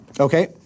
Okay